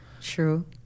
True